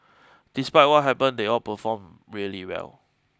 despite what happened they all performed really well